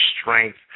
strength